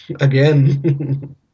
again